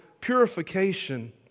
purification